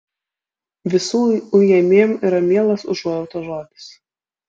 visų ujamiem yra mielas užuojautos žodis